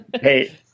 Hey